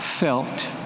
felt